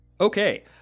Okay